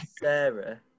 Sarah